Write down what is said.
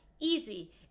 easy